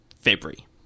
February